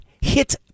hit